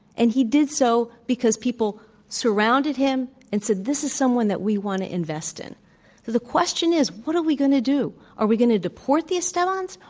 and he did so because people surrounded him and said, this is someone that we want to invest in. so the question is, what are we going to do? are we going to deport the estebans,